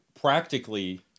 practically